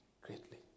greatly